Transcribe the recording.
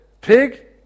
Pig